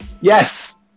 Yes